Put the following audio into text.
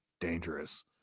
dangerous